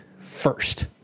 first